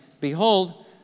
Behold